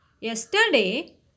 Yesterday